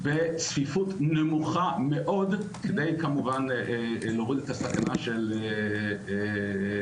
בצפיפות נמוכה מאוד כדי להוריד את הסכנה של הידבקות.